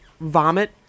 vomit